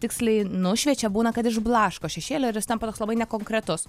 tiksliai nušviečia būna kad išblaško šešėlį ir jis tampa toks labai nekonkretus